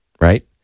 right